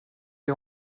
est